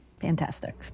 fantastic